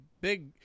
big